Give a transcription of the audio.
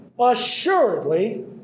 assuredly